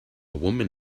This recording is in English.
woman